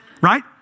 right